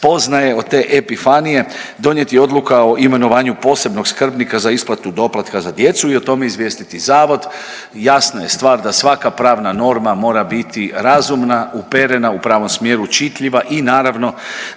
spoznaje, od te epifanije, donijeti odluka o imenovanju posebnog skrbnika za isplatu doplatka za djecu i o tome izvijestiti Zavod, jasna je stvar da svaka pravna norma mora biti razumna, uperena u pravom smjeru, čitljiva i naravno